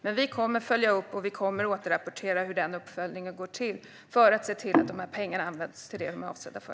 Men vi kommer att följa upp och återrapportera om hur uppföljningen går till för att se till att pengarna används till det som de är avsedda för.